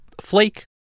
flake